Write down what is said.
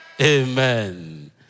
Amen